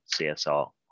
CSR